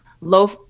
low